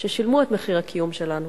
ששילמו את מחיר הקיום שלנו.